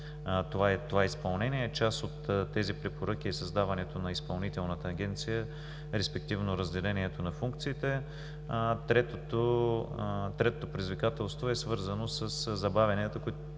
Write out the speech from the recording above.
това изпълнение. Част от тези препоръки е създаването на Изпълнителната агенция, респективно разделението на функциите. Третото предизвикателство е свързано със забавянията